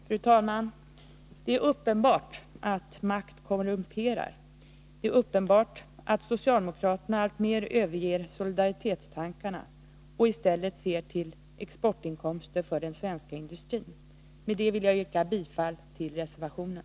Fru talman! Det är uppenbart att makt korrumperar. Det är uppenbart att socialdemokraterna alltmer överger solidaritetstankarna och i stället ser till exportinkomster för den svenska industrin. Med detta vill jag yrka bifall till reservationen.